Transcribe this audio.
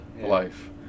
life